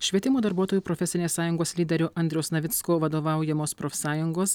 švietimo darbuotojų profesinės sąjungos lyderio andriaus navicko vadovaujamos profsąjungos